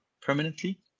permanently